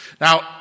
Now